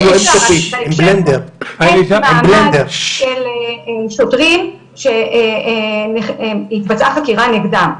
--- מעמד של שוטרים שהתבצעה חקירה נגדם,